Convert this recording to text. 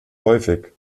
häufig